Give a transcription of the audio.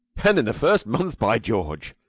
and in the first month by george!